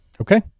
Okay